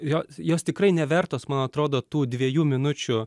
jo jos tikrai nevertos man atrodo tų dviejų minučių